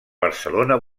barcelona